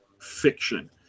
fiction